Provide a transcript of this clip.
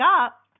up